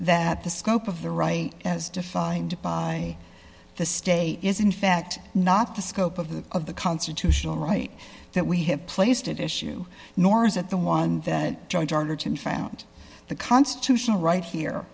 that the scope of the right as defined by the state is in fact not the scope of the of the constitutional right that we have placed at issue nor is it the one judge order to found the constitutional right here